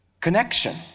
Connection